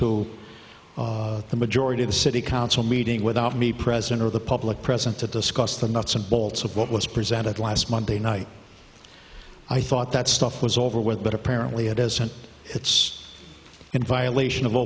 to the majority of the city council meeting without me present or the public present to discuss the nuts and bolts of what was presented last monday night i thought that stuff was over with but apparently it isn't it's in violation of